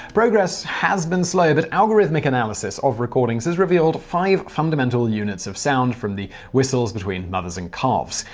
progress has been slow, but algorithmic analysis of recordings has revealed five fundamental units of sound from the whistles between mothers and calves.